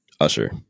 usher